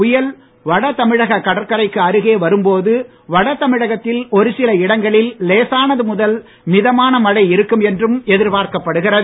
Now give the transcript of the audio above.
புயல் வடதமிழக கடற்கரைக்கு அருகே வரும்போது வடதமிழகத்தில் ஒருசில இடங்களில் லேசானது முதல் மிதமான மழை இருக்கும் என்றும் எதிர்பார்க்கப்படுகிறது